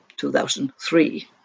2003